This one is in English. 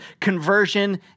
conversion